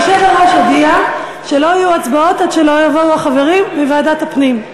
היושב-ראש הודיע שלא יהיו הצבעות עד שלא יבואו החברים מוועדת הפנים.